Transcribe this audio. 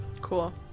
Cool